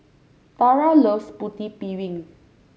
Tarah loves Putu Piring